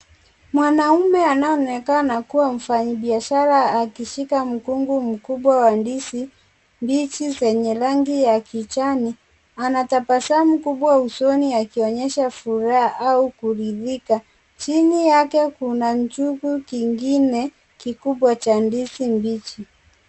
Mwanaume anayeonekana kuwa mfanyi biashara akishika mkungu mkubwa wa ndizi mbichi zenye rangi ya kijani anatabasamu kubwa usoni akionyesha furaha au kuridhika. Chini yake kuna chugu kingine kikubwa cha ndizi mbichi.